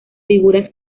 figuras